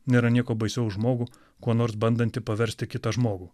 nėra nieko baisiau už žmogų kuo nors bandantį paversti kitą žmogų